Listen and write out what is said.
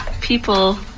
people